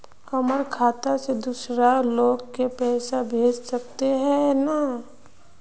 हमर खाता से दूसरा लोग के पैसा भेज सके है ने?